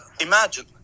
Imagine